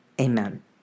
Amen